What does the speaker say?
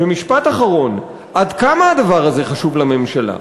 ועד כמה הדבר הזה חשוב לממשלה?